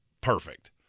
perfect